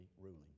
ruling